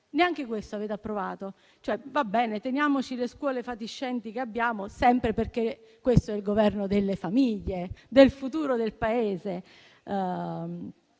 Neanche questo avete approvato. Va bene, teniamoci le scuole fatiscenti che abbiamo, sempre perché questo è il Governo delle famiglie, del futuro del Paese.